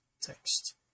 text